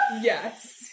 Yes